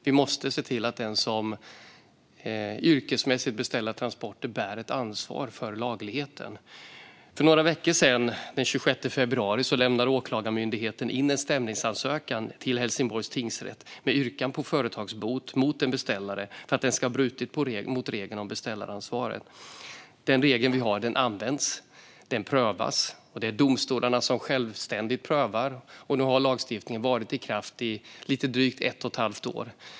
Vi måste se till att den som yrkesmässigt beställer transporter bär ett ansvar för lagligheten. För några veckor sedan, den 26 februari, lämnade Åklagarmyndigheten in en stämningsansökan till Helsingborgs tingsrätt med yrkan på företagsbot mot en beställare som ska ha brutit mot regeln om beställaransvaret. Den regel vi har används alltså. Den prövas, och det är domstolarna som självständigt prövar regeln. Nu har lagstiftningen varit i kraft i drygt ett och ett halvt år.